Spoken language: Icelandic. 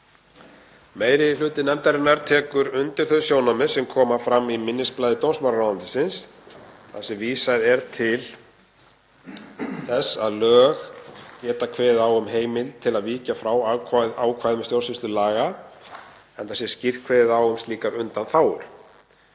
Meiri hluti nefndarinnar tekur undir þau sjónarmið sem koma fram í minnisblaði dómsmálaráðuneytisins þar sem vísað er til þess að lög geta kveðið á um heimild til að víkja frá ákvæðum stjórnsýslulaga, enda sé skýrt kveðið á um slíkar undanþágur.